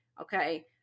okay